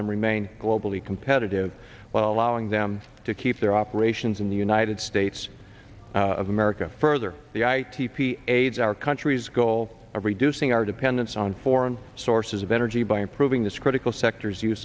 them remain globally competitive while allowing them to keep their operations in the united states of america further the i p p aids our country's goal of reducing our dependence on foreign sources of energy by improving this critical sectors